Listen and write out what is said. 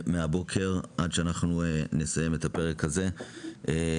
בבוקר, עד שאנחנו נסיים את הפרק הזה לחלוטין.